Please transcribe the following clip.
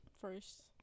First